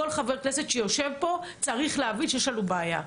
כל חבר כנסת שיושב פה צריך להבין שיש לנו בעיה,